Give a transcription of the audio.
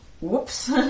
Whoops